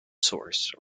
source